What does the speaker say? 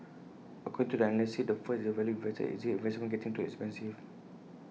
according to the analyst the first is the value investor is this investment getting too expensive